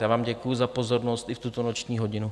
Já vám děkuju za pozornost i v tuto noční hodinu.